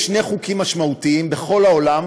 יש שני חוקים משמעותיים בכל העולם